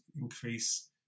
increase